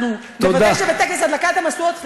אנחנו נבקש שבטקס הדלקת המשואות, תודה.